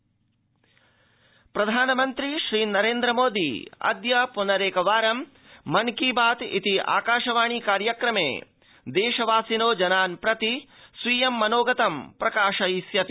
प्रधानमन्त्रीमन की बात प्रधानमन्त्री श्रीनरेन्द्रमोदी अय पुनरेकवारं मन की बात इत्याकाशवाणी कार्यक्रमे देशवासिनो जनान् प्रति स्वीयं मनोगतं प्रकाशयिष्यति